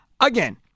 Again